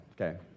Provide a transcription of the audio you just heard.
okay